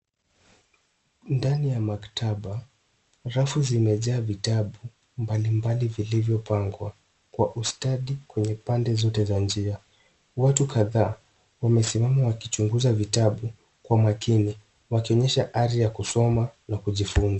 Ndani ya maktaba, rafu zimejaa vitabu mbalimbali vilivyopangwa kwa ustadi kwenye pande zote za njia. Watu kadhaa wamesimama wakichunguza vitabu kwa makini wakionyesha ari ya kusoma na kujifunza.